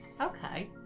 okay